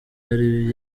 yari